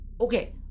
Okay